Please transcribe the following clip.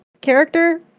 character